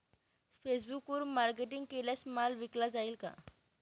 फेसबुकवरुन मार्केटिंग केल्यास माल विकला जाईल का?